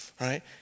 right